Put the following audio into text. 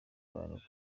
abantu